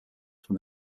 from